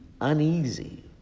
uneasy